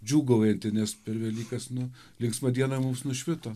džiūgaujantį nes per velykas nu linksma diena mums nušvito